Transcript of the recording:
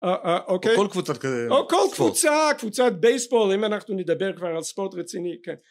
אוקיי. -או כל קבוצת... ספורט. -או כל קבוצה, קבוצת בייסבול אם אנחנו נדבר כבר על ספורט רציני, כן